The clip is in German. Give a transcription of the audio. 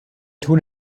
tun